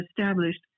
established